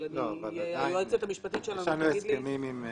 אבל היועצת המשפטית שלנו תגיד לי --- יש לנו הסכמים עם הלוקחים.